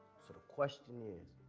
sort of question is,